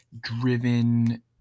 driven